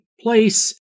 place